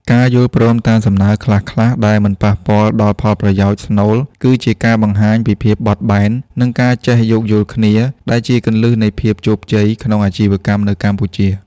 ការយល់ព្រមតាមសំណើខ្លះៗដែលមិនប៉ះពាល់ដល់ផលប្រយោជន៍ស្នូល គឺជាការបង្ហាញពីភាពបត់បែន និងការចេះយោគយល់គ្នា ដែលជាគន្លឹះនៃភាពជោគជ័យក្នុងអាជីវកម្មនៅកម្ពុជា។